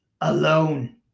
alone